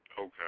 Okay